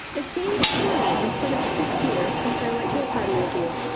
it seems twenty instead of six years since i went to a party with you,